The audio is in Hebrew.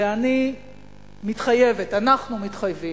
ואני מתחייבת, אנחנו מתחייבים,